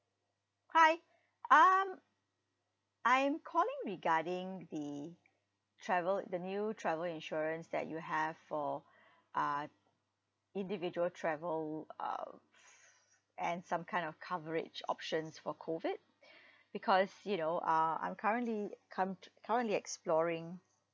hi um I'm calling regarding the travel the new travel insurance that you have for uh individual travel uh and some kind of coverage options for COVID because you know uh I'm currently com~ currently exploring